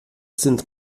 sind